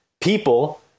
people